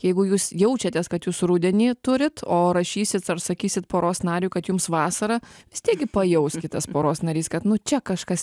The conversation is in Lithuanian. jeigu jūs jaučiatės kad jūs rudenį turit o rašysit ar sakysit poros nariui kad jums vasara vis tiek gi pajaus kitas poros narys kad nu čia kažkas